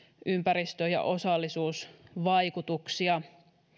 ympäristö ja osallisuusvaikutuksia